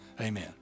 amen